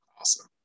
awesome